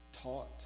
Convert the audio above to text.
taught